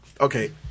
Okay